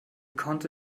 konnte